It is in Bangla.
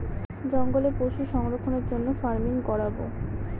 জঙ্গলে পশু সংরক্ষণের জন্য ফার্মিং করাবো